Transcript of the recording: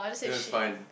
ya it's fine